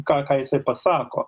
ką ką jisai pasako